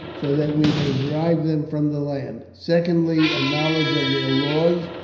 so that we may drive them from the land secondly, a knowledge of their laws,